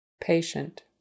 Patient